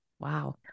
Wow